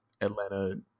atlanta